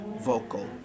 vocal